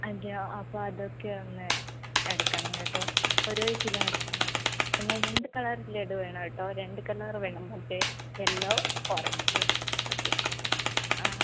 അതെയോ അപ്പോൾ അതൊക്കെ ഒന്ന് എടുക്കണം കേട്ടോ ഒരു കിലോ എടുത്താൽ മതി പിന്നെ രണ്ട് കളർ ലഡു വേണം കേട്ടോ രണ്ട് കളർ വേണം മറ്റേ യെല്ലോ ഓറഞ്ച് ഓക്കെ ആ